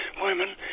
women